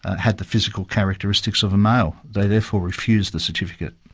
had the physical characteristics of a male. they therefore refused the certificate.